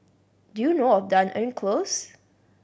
do you know of Dunearn Close